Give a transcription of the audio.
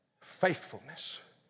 faithfulness